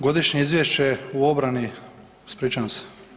Godišnje izvješće o obrani, ispričavam se.